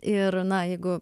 ir na jeigu